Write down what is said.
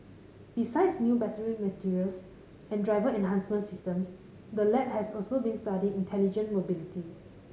besides new battery materials and driver enhancement systems the lab has also been studying intelligent mobility